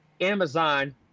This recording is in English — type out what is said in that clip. Amazon